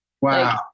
Wow